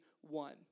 one